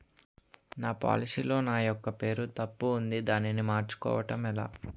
నా పోలసీ లో నా యెక్క పేరు తప్పు ఉంది దానిని మార్చు కోవటం ఎలా?